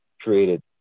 created